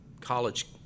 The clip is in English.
college